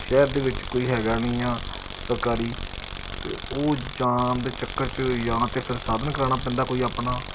ਸ਼ਹਿਰ ਦੇ ਵਿੱਚ ਕੋਈ ਹੈਗਾ ਨਹੀਂ ਆ ਸਰਕਾਰੀ ਅਤੇ ਉਹ ਜਾਣ ਦੇ ਚੱਕਰ 'ਚ ਜਾਂ ਤਾਂ ਫਿਰ ਸਾਧਨ ਕਰਾਉਣਾ ਪੈਂਦਾ ਕੋਈ ਆਪਣਾ